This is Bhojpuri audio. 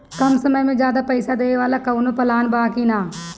कम समय में ज्यादा पइसा देवे वाला कवनो प्लान बा की?